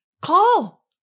call